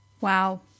Wow